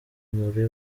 muri